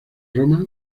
roma